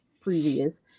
previous